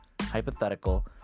hypothetical